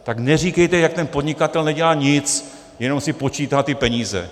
Tak neříkejte, jak ten podnikatel nedělá nic, jenom si počítá ty peníze.